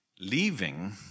leaving